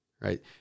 right